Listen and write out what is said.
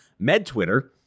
MedTwitter